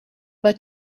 but